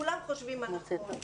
כולם חושבים מה נכון,